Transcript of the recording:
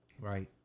Right